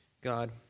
God